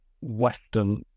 Western